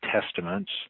Testaments